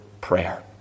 prayer